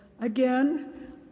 Again